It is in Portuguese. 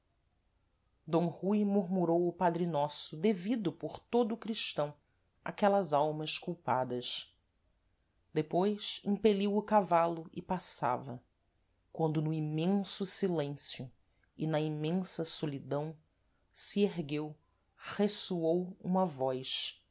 d rui murmurou o padre nosso devido por todo o cristão àquelas almas culpadas depois impeliu o cavalo e passava quando no imenso silêncio e na imensa solidão se ergueu ressoou uma voz